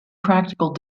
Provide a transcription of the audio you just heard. practical